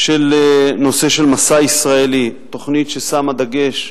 של נושא של מסע ישראלי, תוכנית ששמה דגש,